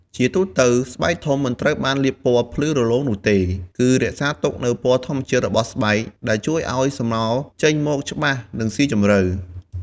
ជាទូទៅ ស្បែកធំមិនត្រូវបានលាបពណ៌ភ្លឺរលោងនោះទេ គឺរក្សាទុកនូវពណ៌ធម្មជាតិរបស់ស្បែកដែលជួយឲ្យស្រមោលចេញមកច្បាស់ និងស៊ីជម្រៅ។